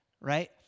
right